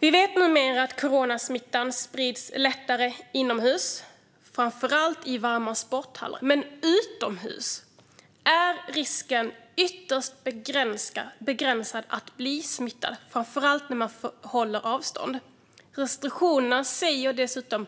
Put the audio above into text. Vi vet numera att coronasmittan sprids lättare inomhus, framför allt i varma sporthallar, men att risken att bli smittad är ytterst begränsad utomhus - och framför allt när man håller avstånd. Enligt restriktionerna ska vi